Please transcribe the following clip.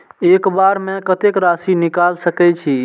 एक बार में कतेक राशि निकाल सकेछी?